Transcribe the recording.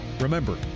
Remember